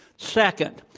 second,